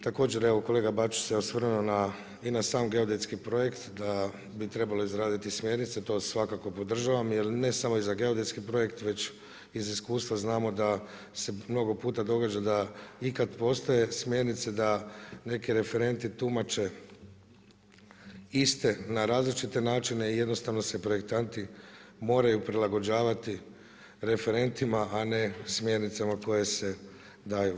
Također kolega Bačić se osvrnuo i na sam geodetski projekt da bi trebali izraditi smjernice, to svakako podržavam i ne samo za geodetski projekt već iz iskustva znamo da se mnogo puta događa da i kad postoje smjernice da neke referenti tumače iste na različite načine jednostavno se projektanti moraju prilagođavati referentima a ne smjernicama koje se daju.